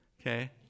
Okay